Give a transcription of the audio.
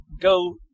go